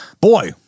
boy